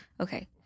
Okay